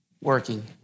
working